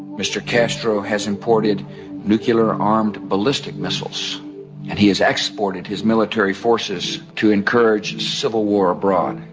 mr castro has imported nuclear armed ballistic missiles and he has exported his military forces to encourage civil war abroad.